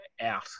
out